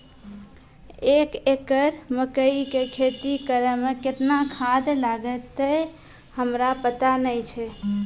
एक एकरऽ मकई के खेती करै मे केतना खाद लागतै हमरा पता नैय छै?